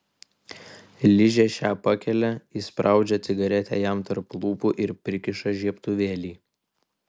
ližė šią pakelia įspraudžia cigaretę jam tarp lūpų ir prikiša žiebtuvėlį